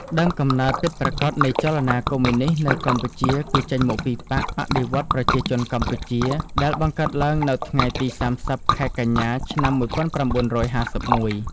ដើមកំណើតពិតប្រាកដនៃចលនាកុម្មុយនីស្តនៅកម្ពុជា គឺចេញមកពី «បក្សបដិវត្តន៍ប្រជាជនកម្ពុជា» ដែលបង្កើតឡើងនៅថ្ងៃទី៣០ ខែកញ្ញា ឆ្នាំ១៩៥១។